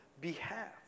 behalf